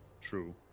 True